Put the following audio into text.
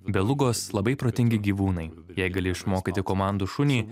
belugos labai protingi gyvūnai jei gali išmokyti komandų šunį